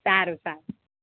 સારું સારું